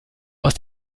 aus